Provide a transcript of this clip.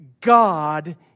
God